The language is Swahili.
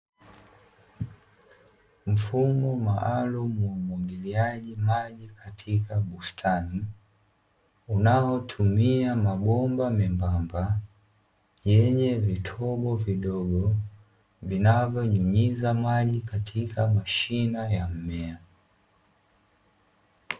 Mfumo maalumu wa umwagiliaji maji katika bustani, unaotumia mabomba membamba yenye vitobo vidogo, vinavyonyunyiza maji katika mashina ya mmea.